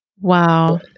Wow